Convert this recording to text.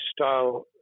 style